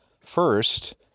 First